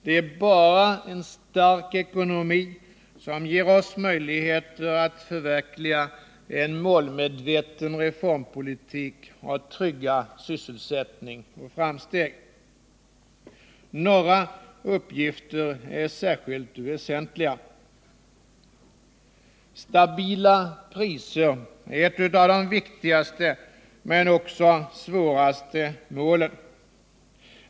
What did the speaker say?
Det är bara en stark ekonomi som ger oss möjligheter att förverkliga en målmedveten reformpolitik och trygga sysselsättning och framsteg. Några uppgifter är särskilt väsentliga. Stabila priser är ett av de viktigaste och svåraste målen.